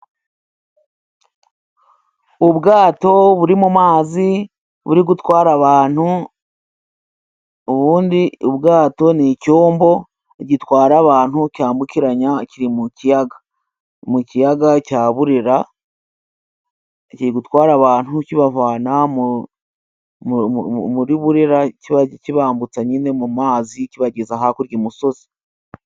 Ubwato buri mu mazi buri gutwara abantu ubundi ubwato, ni icyombo gitwara abantu cyambukiranya kiri mu kiyaga mu kiyaga cya burera kiri gutwara abantu kibavana muri burera kibambutsa nyine mu mazi kibageza hakurya i musozi.